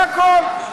זה הכול.